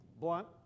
blunt